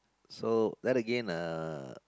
so then again uh